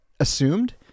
Assumed